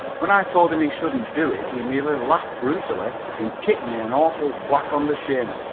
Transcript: when i told him he shouldn't do it he merely laughed brutally and kicked me an awful whack on the shin.